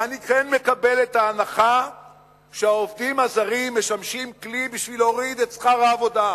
ואני כן מקבל את ההנחה שהעובדים הזרים משמשים כלי להורדת שכר העבודה.